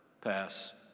pass